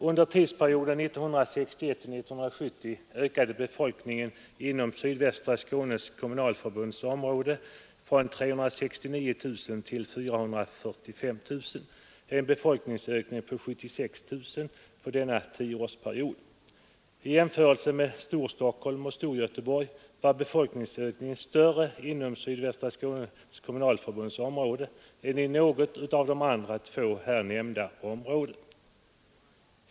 Under tidsperioden 1961—1970 ökade befolkningen inom Sydvästra Skånes kommunalförbunds område från 369 000 till 445 000 — en befolkningsökning på 76 000 under denna tioårsperiod. I jämförelse med Storstockholm och Storgöteborg var befolkningsökningen procentuellt sett större inom SSK-området än i något av de andra två här nämnda områdena.